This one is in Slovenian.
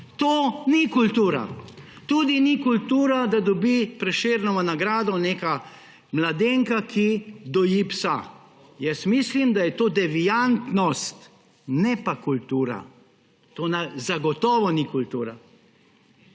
To ni kultura. Tudi ni kultura, da dobi Prešernovo nagrado neka mladenka, ki doji psa. Mislim, da je to deviantnost, ne pa kultura. To zagotovo ni kultura.